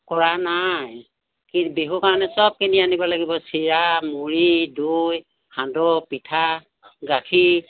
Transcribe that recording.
খুৰা নাই কি বিহুৰ কাৰণে সব কিনি আনিব লাগিব চিৰা মুড়ি দৈ সান্দহ পিঠা গাখীৰ